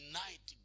night